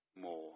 more